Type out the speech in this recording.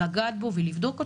לגעת בו ולבדוק אותו,